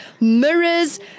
mirrors